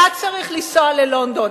היה צריך לנסוע ללונדון,